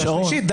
כי את בשלישית,